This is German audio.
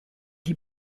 die